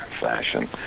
fashion